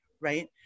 right